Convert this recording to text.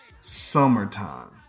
Summertime